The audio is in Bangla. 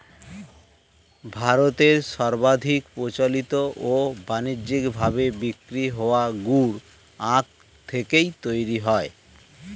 ভারতে সর্বাধিক প্রচলিত ও বানিজ্যিক ভাবে বিক্রি হওয়া গুড় আখ থেকেই তৈরি হয়